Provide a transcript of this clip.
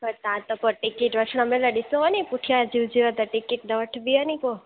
पर तव्हां त पोइ टिकट वठणु महिल ॾिसो हा न पुठियां जी हुजे हा त टिकट न वठिबी आहे न पोइ